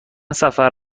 سفر